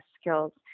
skills